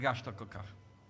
התרגשת כל כך?